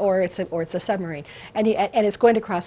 or it's or it's a submarine and the end is going to cross